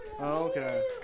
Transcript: Okay